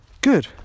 Good